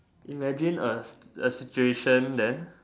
imagine a A situation that